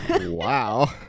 Wow